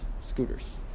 scooters